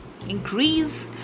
increase